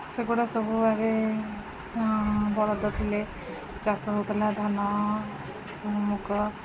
ସେଗୁଡ଼ା ସବୁ ଏବେ ବଳଦ ଥିଲେ ଚାଷ ହେଉଥିଲା ଧାନ ମୁଗ